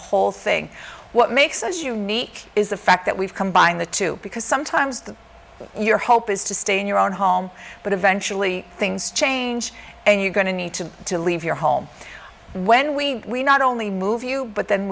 whole thing what makes us unique is the fact that we've combined the two because sometimes the your hope is to stay in your own home but eventually things change and you're going to need to to leave your home when we not only move you but then